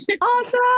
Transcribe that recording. awesome